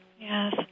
Yes